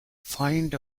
find